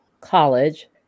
college